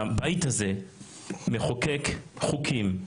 הבית הזה מחוקק חוקים,